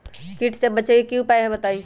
कीट से बचे के की उपाय हैं बताई?